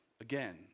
Again